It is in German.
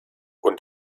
und